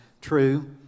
true